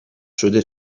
شده